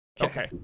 Okay